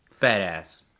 badass